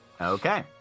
Okay